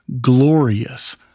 glorious